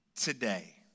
today